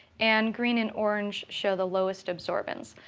and green and orange show the lowest absorbance.